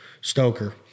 Stoker